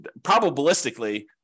probabilistically